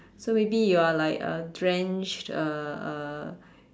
so maybe you're like uh drenched uh uh